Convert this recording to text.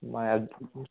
মই